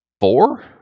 Four